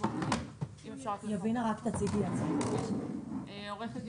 מנהל אגף כשירות אווירית ועו"ד